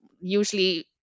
usually